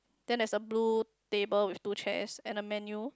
then there's a blue table with two chairs and a menu